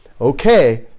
Okay